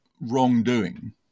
wrongdoing